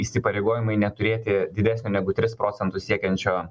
įsipareigojimai neturėti didesnio negu tris procentus siekiančio